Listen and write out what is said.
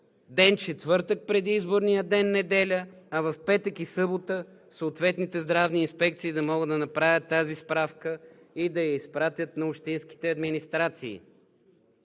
ден четвъртък преди изборния ден – неделя, а в петък и събота съответните здравни инспекции да могат да направят тази справка и да я изпратят на общинските администрации.